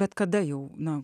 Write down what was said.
bet kada jau na